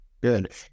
good